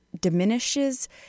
diminishes